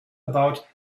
about